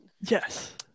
yes